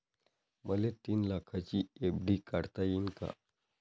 मले तीन लाखाची एफ.डी काढता येईन का?